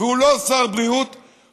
והוא לא שר בריאות,